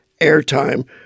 airtime